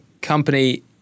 company